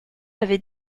avait